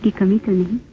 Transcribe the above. ah beaten